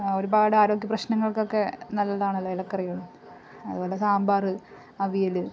ഒരുപാട് ആരോഗ്യ പ്രശ്നങ്ങൾക്കൊക്കെ നല്ലതാണല്ലോ ഇലക്കറികൾ അതുപോലെ സാമ്പാർ അവിയൽ